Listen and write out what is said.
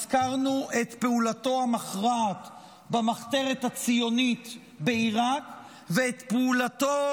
הזכרנו את פעולתו המכרעת במחתרת הציונית בעיראק ואת פעולתו